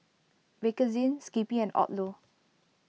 Bakerzin Skippy and Odlo